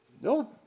No